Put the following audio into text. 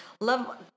Love